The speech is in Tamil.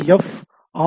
F R